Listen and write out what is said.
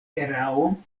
erao